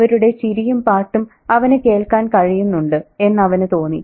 അവരുടെ ചിരിയും പാട്ടും അവനു കേൾക്കാൻ കഴിയുന്നുണ്ട് എന്ന് അവനു തോന്നി